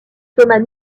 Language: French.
thomas